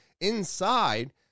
inside